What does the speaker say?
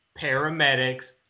paramedics